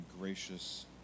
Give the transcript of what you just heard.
gracious